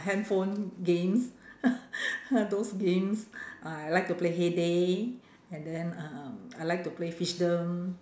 handphone games those games I like to play hay day and then uh I like to play fishdom